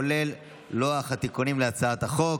כולל לוח התיקונים להצעת החוק.